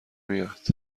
میاد